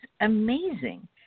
amazing